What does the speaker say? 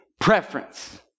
preference